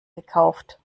gekauft